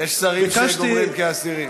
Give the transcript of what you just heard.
יש שרים שגומרים כאסירים.